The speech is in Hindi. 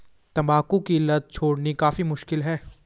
तंबाकू की लत छोड़नी काफी मुश्किल है